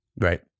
Right